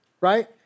Right